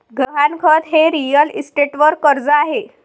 गहाणखत हे रिअल इस्टेटवर कर्ज आहे